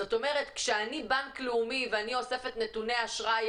זאת אומרת אם אני בנק לאומי ואני אוספת נתוני אשראי